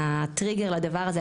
והטריגר לדבר הזה,